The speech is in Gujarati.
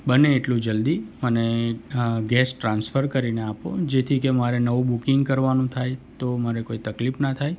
બને એટલું જલ્દી મને ગેસ ટ્રાન્સફર કરીને આપો જેથી કે મારે નવું બુકિંગ કરવાનું થાય તો મારે કોઈ તકલીફ ના થાય